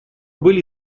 были